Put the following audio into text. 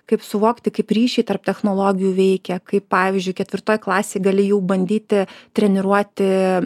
kaip suvokti kaip ryšiai tarp technologijų veikia kaip pavyzdžiui ketvirtoj klasėj gali jau bandyti treniruoti